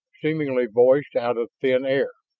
seemingly voiced out of thin air.